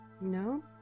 no